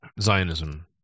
zionism